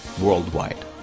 worldwide